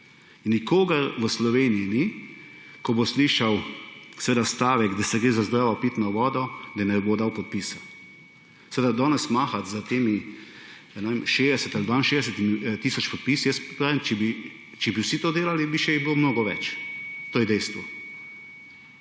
Nikogar v Sloveniji ni, da ko bo slišal stavek, da gre za zdravo pitno vodo, ne bo dal podpisa. Danes mahati s temi 60 ali 62 tisoč podpisi, jaz pravim, če bi vsi to delali, bi jih bilo še mnogo več, to je dejstvo.